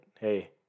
hey